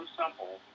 simple